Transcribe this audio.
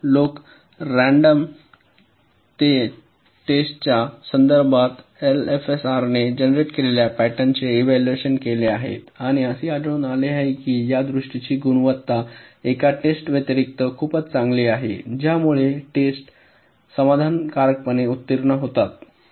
तर लोक रँडम तेच्या संदर्भात एलएफएसआरने जनरेट केलेल्या पॅटर्न चे इव्हॅल्युएशन केले आहेत आणि असे आढळून आले आहे की यादृष्टीची गुणवत्ता एका टेस्ट व्यतिरिक्त खूपच चांगली आहे ज्यामुळे इतर टेस्ट्स समाधानकारकपणे उत्तीर्ण होतात